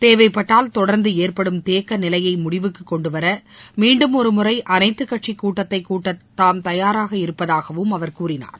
தேவைப்பட்டால் தொடர்ந்து ஏற்படும் தேக்க நிலையை முடிவுக்கு கொண்டுவர மீண்டும் ஒருமுறை அனைத்துக் கட்சி கூட்டத்தை கூட்ட தாம் தயாராக இருப்பதாகவும் அவர் கூறினார்